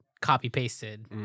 copy-pasted